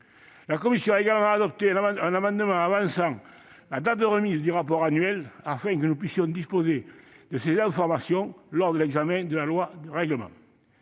La commission a également adopté un amendement prévoyant d'avancer la date de remise du rapport annuel, afin que nous puissions disposer de ces informations lors de l'examen de la loi de règlement.